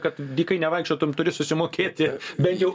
kad dykai nevaikščiotum turi susimokėti bent jau